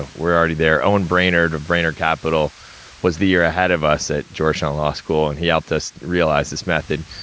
ah were already there. owen brainerd, of brainerd capital was the year ahead of us, at georgetown law school, and he helped us realize this method.